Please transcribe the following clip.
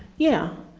yeah.